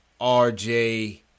RJ